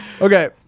Okay